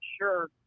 sure